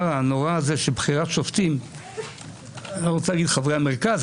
הנורא הזה של בחירת שופטים אני לא רוצה להגיד "חברי המרכז",